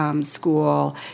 School